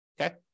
okay